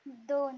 दोन